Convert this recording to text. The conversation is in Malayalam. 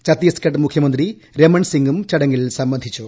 ഛത്തിസ്ഗഡ് മുഖ്യമന്ത്രി രമൺസിംഗും ചടങ്ങിൽ സംബന്ധിച്ചു